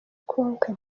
konka